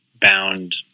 bound